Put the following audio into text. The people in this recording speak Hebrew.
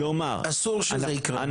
אסור שזה יקרה,